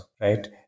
right